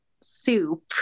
soup